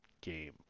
game